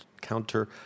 counter